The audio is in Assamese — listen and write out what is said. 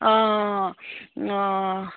অঁ অঁ